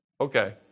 Okay